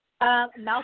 Malcolm